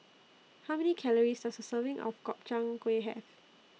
How Many Calories Does A Serving of Gobchang Gui Have